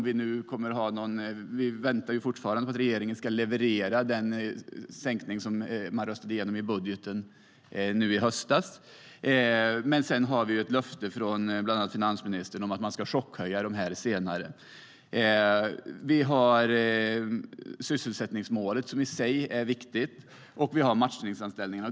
Vi väntar fortfarande på att regeringen ska leverera den sänkning som röstades igenom i budgetomröstningen i höstas, även om vi har ett löfte från bland annat finansministern om att man senare ska chockhöja dem. Vi har sysselsättningsmålet, som i sig är viktigt, och vi har matchningsanställningarna.